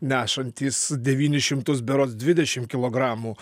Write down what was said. nešantys devynis šimtus berods dvidešim kilogramų